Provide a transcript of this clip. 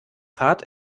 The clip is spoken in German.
fahrt